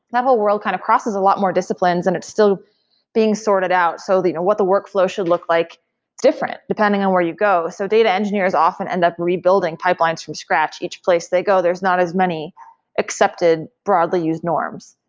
that whole world kind of crosses a lot more disciplines and it's still being sorted out, so you know what the workflow should look like different, depending on where you go. so data engineers often end up rebuilding pipelines from scratch. each place they go, there's not as many accepted broadly used norms.